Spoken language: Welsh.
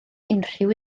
unrhyw